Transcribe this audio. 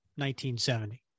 1970